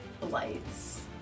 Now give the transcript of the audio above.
lights